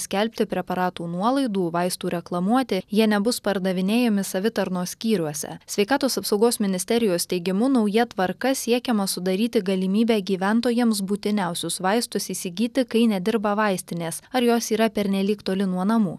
skelbti preparatų nuolaidų vaistų reklamuoti jie nebus pardavinėjami savitarnos skyriuose sveikatos apsaugos ministerijos teigimu nauja tvarka siekiama sudaryti galimybę gyventojams būtiniausius vaistus įsigyti kai nedirba vaistinės ar jos yra pernelyg toli nuo namų